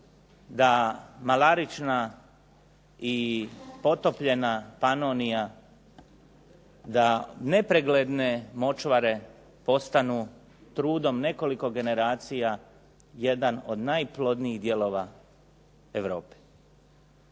da malarična i potopljena Panonija, da nepregledne močvare postanu trudom nekoliko generacija jedan od najplodnijih dijelova Europe.